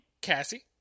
Cassie